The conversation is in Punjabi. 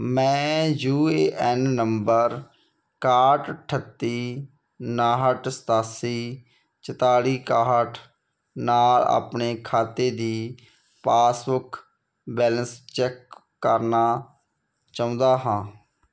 ਮੈਂ ਯੂ ਏ ਐਨ ਨੰਬਰ ਇਕਾਹਠ ਅਠੱਤੀ ਉਣਾਹਠ ਸਤਾਸੀ ਚੁਤਾਲੀ ਇਕਾਹਠ ਨਾਲ ਆਪਣੇ ਖਾਤੇ ਦੀ ਪਾਸਬੁੱਕ ਬੈਲੇਂਸ ਚੈੱਕ ਕਰਨਾ ਚਾਹੁੰਦਾ ਹਾਂ